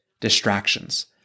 distractions